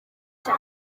cya